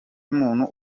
y’umuntu